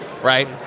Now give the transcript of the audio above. Right